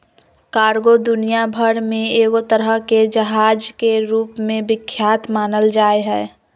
cargo दुनिया भर मे एगो तरह के जहाज के रूप मे विख्यात मानल जा हय